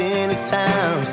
anytime